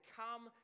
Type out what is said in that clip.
come